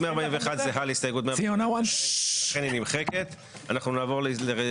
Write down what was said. הצבעה בעד 3 נגד